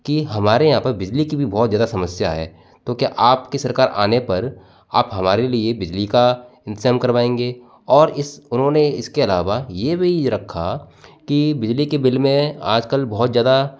कि हमारे यहां पर बिजली की भी बहुत ज्यादा समस्या है तो क्या आपकी सरकार आने पर आप हमारे लिए बिजली का इंतजाम करवाएंगे और इस उन्होंने इसके अलावा यह भी रखा की बिजली के बिल में आजकल बहुत ज्यादा